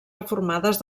reformades